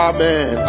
Amen